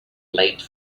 late